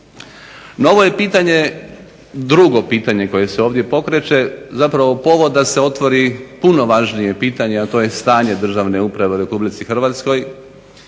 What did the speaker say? Novo je pitanje drugo pitanje koje se ovdje pokreće, zapravo povod da se otvori puno važnije pitanje, a to je stanje državne uprave u RH. Ja se